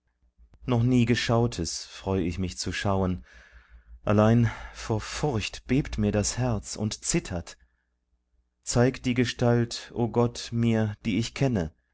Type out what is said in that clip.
noch nie geschautes freu ich mich zu schauen allein vor furcht bebt mir das herz und zittert zeig die gestalt o gott mir die ich kenne